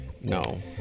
No